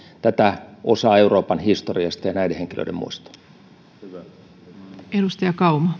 tätä osaa euroopan historiasta ja näiden henkilöiden muistoa